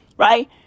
Right